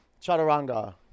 chaturanga